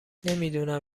نمیدونم